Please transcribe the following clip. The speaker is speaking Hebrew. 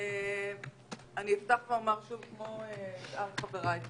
אפתח ואומר שוב כמו שאר חבריי,